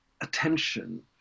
attention